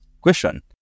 question